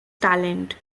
talent